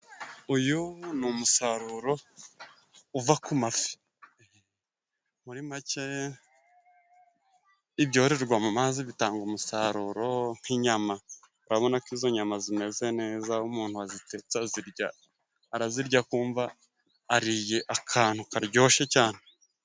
Uyu ni umusaruro uva ku mafi. Muri make ibyororerwa mu mazi bitanga umusaruro nk'inyama, urabona ko izo nyama zimeze neza umuntu wazitetse arazirya akumva ariye akantu karyoshye cane.